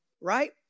right